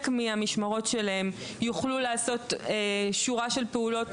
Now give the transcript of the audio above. מהמשמרות שלהם יוכלו לעשות שורה של פעולות,